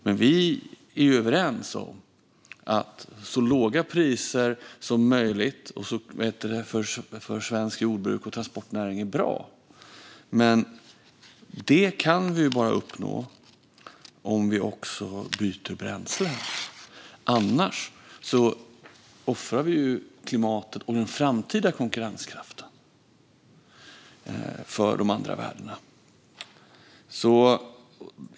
Men vi är överens om att så låga priser som möjligt för svenskt jordbruk och för svensk transportnäring är bra. Men det kan vi bara uppnå om vi också byter bränslen; annars offrar vi klimatet och den framtida konkurrenskraften för de andra värdena.